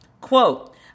Quote